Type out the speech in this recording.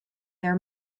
their